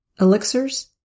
elixirs